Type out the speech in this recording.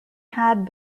had